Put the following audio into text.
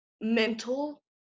mental